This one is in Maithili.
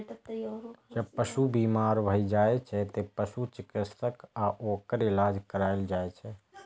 जब पशु बीमार भए जाइ छै, तें पशु चिकित्सक सं ओकर इलाज कराएल जाइ छै